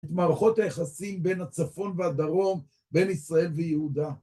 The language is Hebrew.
את מערכות היחסים בין הצפון והדרום, בין ישראל ויהודה.